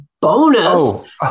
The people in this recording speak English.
bonus